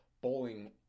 Bowling